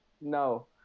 No